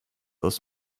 aus